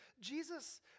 Jesus